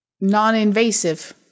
non-invasive